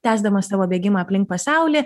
tęsdamas savo bėgimą aplink pasaulį